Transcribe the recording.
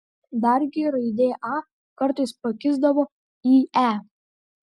dargi raidė a kartais pakisdavo į e